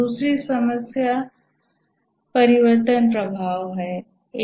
दूसरी समस्या परिवर्तन प्रभाव है